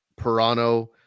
Pirano